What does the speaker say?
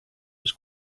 was